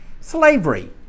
slavery